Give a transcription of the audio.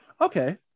okay